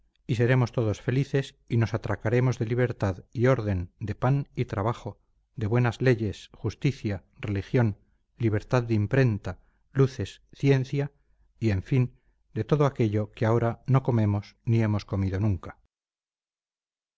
y seremos todos felices y nos atracaremos de libertad y orden de pan y trabajo de buenas leyes justicia religión libertad de imprenta luces ciencia y en fin de todo aquello que ahora no comemos ni hemos comido nunca